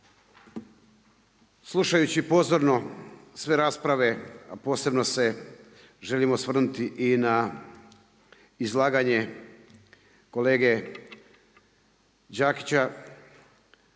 Slušajući pozorno sve rasprave a posebno se želim osvrnuti i na izlaganje kolege Đakića